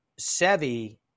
Sevi